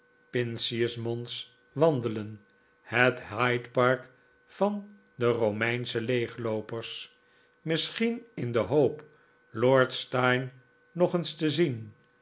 pincius mons wandelen het hyde park van de romeinsche leegloopers misschien in de hoop lord steyne nog eens te zien